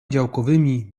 działkowymi